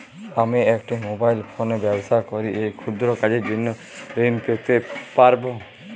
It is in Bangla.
আমি একটি মোবাইল ফোনে ব্যবসা করি এই ক্ষুদ্র কাজের জন্য ঋণ পেতে পারব?